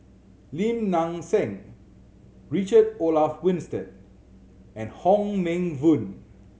Lim Nang Seng Richard Olaf Winstedt and Hong Meng Voon